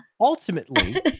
ultimately